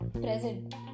present